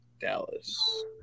Dallas